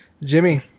Jimmy